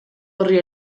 horri